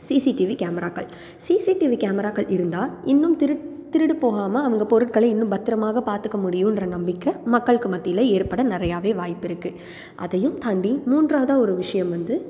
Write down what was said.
CCTV கேமராக்கள் CCTV கேமராக்கள் இருந்தால் இன்னும் திருட் திருட்டு போகாமல் அவங்க பொருட்களை இன்னும் பத்திரமாக பாத்துக்க முடியுன்ற நம்பிக்கை மக்களுக்கு மத்தியில் ஏற்பட நிறையா வாய்ப்பு இருக்குது அதையும் தாண்டி மூன்றாவதாக ஒரு விஷயம் வந்து